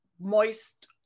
moist